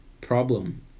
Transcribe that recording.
problem